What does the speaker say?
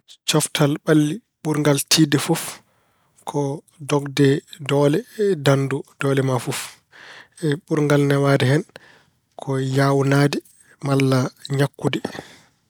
Coftal ɓalli ɓurngal tiiɗnde fof ko dogde doole, ndanndoo, doole ma fof. Ɓurngal newaade hen ko yaawnaade malla ñakkude.